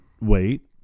wait